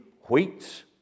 wheat